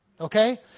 Okay